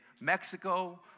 Mexico